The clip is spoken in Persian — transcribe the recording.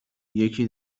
یکی